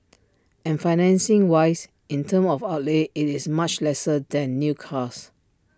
and financing wise in terms of outlay IT is much lesser than new cars